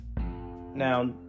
now